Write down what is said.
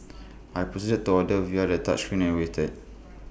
I proceeded to order via the touchscreen and waited